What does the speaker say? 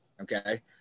Okay